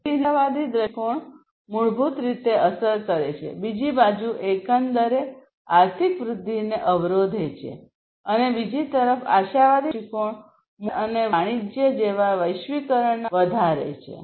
તેથી નિરાશાવાદી દૃષ્ટિકોણ મૂળભૂત રીતે અસર કરે છે બીજી બાજુ એકંદર આર્થિક વૃદ્ધિને અવરોધે છે અને બીજી તરફ આશાવાદી દૃષ્ટિકોણ મૂળભૂત રીતે વેપાર અને વાણિજ્ય જેવા વૈશ્વિકીકરણના મુદ્દાઓને વધારે છે